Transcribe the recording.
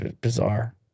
Bizarre